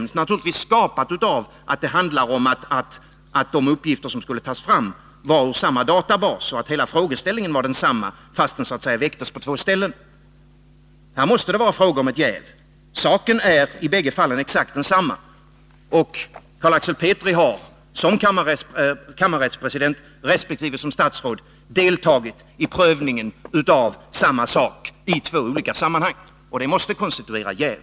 Det har naturligtvis uppstått på grund av att de uppgifter som skulle tas fram var lagrade i samma databas. Själva frågeställningen var densamma, men den väcktes så att säga på två ställen. Här måste det vara fråga om ett jäv. Saken är i bägge fallen exakt densamma, och Carl Axel Petri har som kammarrättspresident resp. som statsråd deltagit i prövningen av den i två olika sammanhang. Detta måste konstituera jäv.